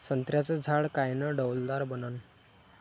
संत्र्याचं झाड कायनं डौलदार बनन?